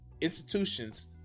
institutions